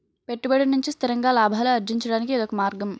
పెట్టుబడి నుంచి స్థిరంగా లాభాలు అర్జించడానికి ఇదొక మార్గం